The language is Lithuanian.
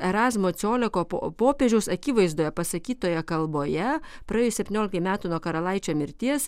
erazmo cioleko po popiežiaus akivaizdoje pasakytoje kalboje praėjus septyniolikai metų nuo karalaičio mirties